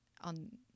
on